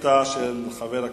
שאילתא מס'